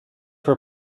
were